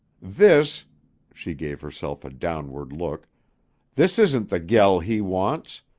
this she gave herself a downward look this isn't the gel he wants.